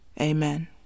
Amen